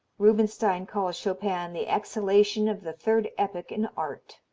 rubinstein calls chopin the exhalation of the third epoch in art.